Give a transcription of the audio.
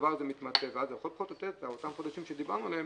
שהדבר הזה מתמצה ו -- אותם חודשים שדיברנו עליהם